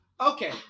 okay